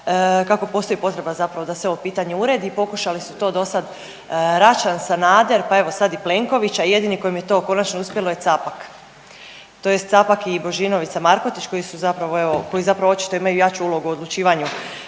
kako postoji potreba zapravo da se ovo pitanje uredi. Pokušali su to do sad Račan, Sanader, pa evo sad i Plenković, a jedini kojem je to konačno uspjelo je Capak, tj. Capak i Božinović sa Markotić koji su zapravo evo, koji zapravo očito imaju jaču ulogu u odlučivanju